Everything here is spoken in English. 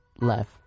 left